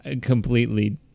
completely